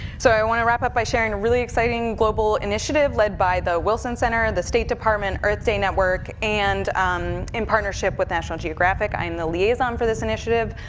so i wanna wrap up by sharing a really exciting global initiative, led by the wilson center, the state department, earth day network, and in partnership with national geographic, i'm the liaison for this initiative.